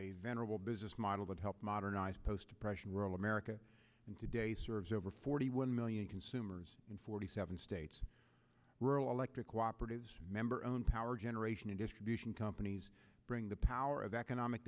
venerable business model that helped modernize post depression rural america and today serves over forty one million consumers in forty seven states rural electric cooperated member own power generation and distribution companies bring the power of economic